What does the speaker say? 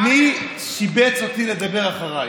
מי שיבץ אותי לדבר אחרייך?